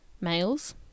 males